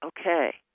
Okay